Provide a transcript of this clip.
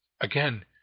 Again